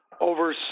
over